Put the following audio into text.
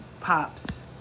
pops